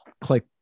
click